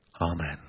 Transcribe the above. Amen